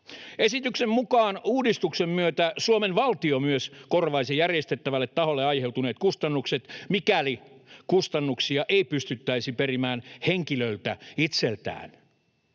Esityksen mukaan uudistuksen myötä Suomen valtio myös korvaisi järjestävälle taholle aiheutuneet kustannukset, mikäli kustannuksia ei pystyttäisi perimään henkilöltä itseltään.